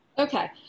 Okay